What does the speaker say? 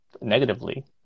negatively